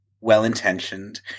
well-intentioned